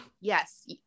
Yes